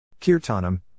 Kirtanam